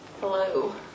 Hello